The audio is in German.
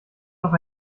doch